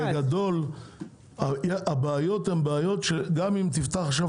בגדול הבעיות הן כאלה שגם אם תפתח עכשיו